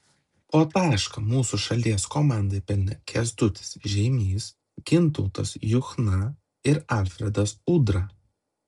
po tašką mūsų šalies komandai pelnė kęstutis žeimys gintautas juchna ir alfredas udra